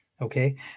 Okay